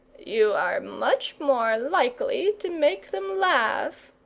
you are much more likely to make them laugh,